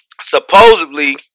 supposedly